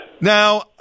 Now